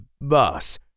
bus